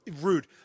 rude